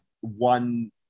one